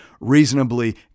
reasonably